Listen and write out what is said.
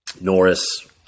Norris